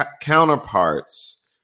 counterparts